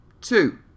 two